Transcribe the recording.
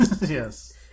Yes